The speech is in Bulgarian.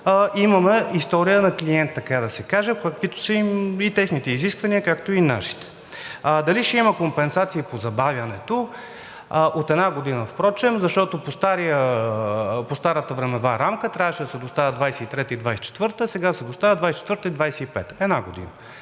имаме история на клиент, така да се каже, каквито са и техните изисквания, както и нашите. Дали ще има компенсации по забавянето – от една година впрочем, защото по старата времева рамка трябваше да се доставят 2023-а и 2024 г., сега се доставят 2024-а и 2025 г. – една година.